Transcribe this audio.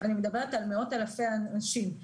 אני מדברת על מאות אלפי אנשים.